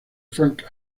frank